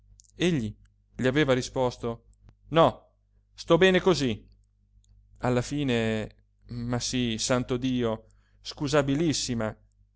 egli le aveva risposto no sto bene cosí alla fine ma sí santo dio scusabilissima